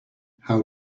how